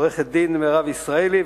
עורכת-הדין מירב ישראלי,